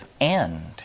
end